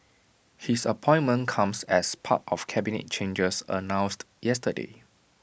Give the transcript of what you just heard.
his appointment comes as part of cabinet changes announced yesterday